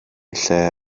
lle